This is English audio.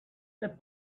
that